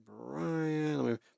Brian